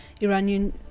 Iranian